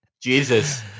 Jesus